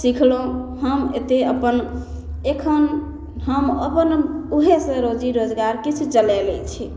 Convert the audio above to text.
सिखलहुँ हम एतेक अपन एखन हम अपन ओहेसे रोजी रोजगार किछु चलैले छी